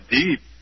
deep